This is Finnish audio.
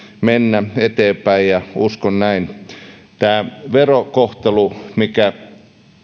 mennä eteenpäin ja uskon näin tässä verokohtelussa mikä